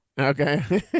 okay